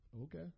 okay